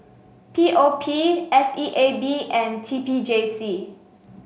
P O P S E A B and T P J C